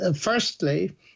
Firstly